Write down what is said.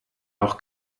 doch